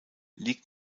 liegt